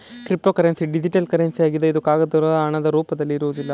cryptocurrency digital currency ಆಗಿದೆ ಇದು ಕಾಗದ ಹಣದ ರೂಪದಲ್ಲಿ ಇರುವುದಿಲ್ಲ